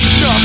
no